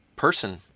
person